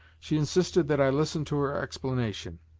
she insisted that i listen to her explanation.